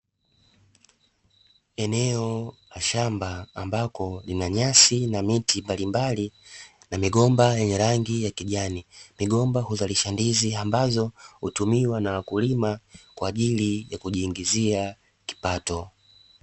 Eneo la shamba ambalo lina nyasi na miti mbalimbali, na migomba yenye rangi ya kijani. Migomba huzalisha ndizi ambazo hutumiwa na wakulima kwa ajili ya kujiingizia kipato.